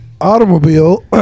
Automobile